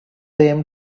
them